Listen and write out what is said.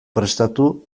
prestatu